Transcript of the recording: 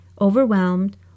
overwhelmed